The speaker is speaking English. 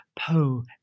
Poe